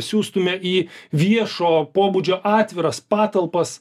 siųstume į viešo pobūdžio atviras patalpas